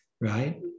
right